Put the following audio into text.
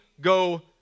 go